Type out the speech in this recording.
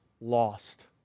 lost